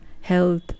health